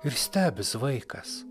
ir stebis vaikas